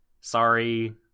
sorry